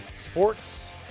Sports